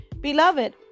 Beloved